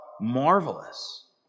marvelous